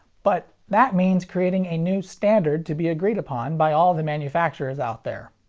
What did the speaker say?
but that means creating a new standard to be agreed upon by all the manufacturers out there.